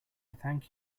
thank